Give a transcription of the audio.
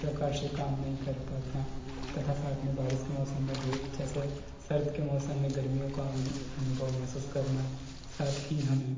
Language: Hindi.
प्रकार से काम नहीं कर पाता तथा साथ में बारीश के मौसम में धुप जैसे सर्द के मौसम में गर्मियों का अनुभव महसुस करना साथ ही हमें